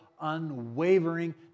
unwavering